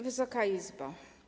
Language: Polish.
Wysoka Izbo!